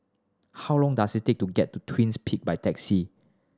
how long does it take to get to Twins Peak by taxi